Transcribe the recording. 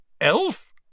Elf